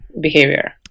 behavior